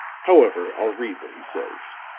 however, i'll read what he says.